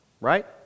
right